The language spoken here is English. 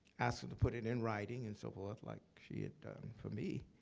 asked her to put it in writing and so forth like she had done for me.